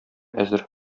әзер